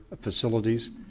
facilities